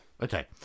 Okay